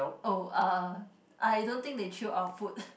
oh uh I don't think they chew our food